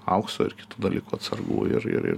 aukso ir kitų dalykų atsargų ir ir ir